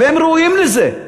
והם ראויים לזה,